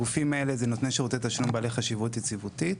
הגופים האלה הם נותני שירותי תשלום בעלי חשיבות יציבותית,